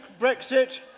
Brexit